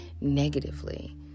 negatively